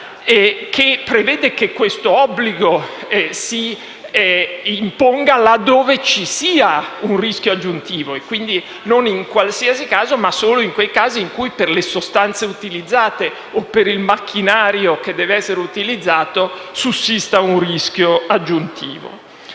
Esso prevede che questo obbligo si imponga là dove ci sia uno specifico rischio aggiuntivo; quindi non in qualsiasi caso, ma solo in quei casi in cui per le sostanze utilizzate o per il macchinario che deve essere utilizzato, sussista un rischio aggiuntivo